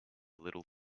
little